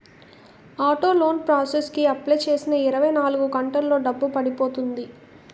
auto loan process కి apply చేసిన ఇరవై నాలుగు గంటల్లో డబ్బు పడిపోతుంది